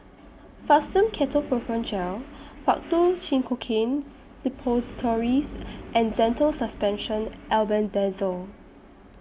Fastum Ketoprofen Gel Faktu Cinchocaine Suppositories and Zental Suspension Albendazole